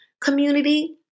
community